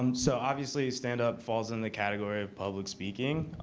um so obviously stand-up falls in the category of public speaking.